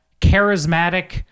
charismatic